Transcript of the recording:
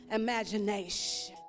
imagination